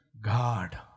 God